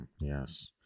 Yes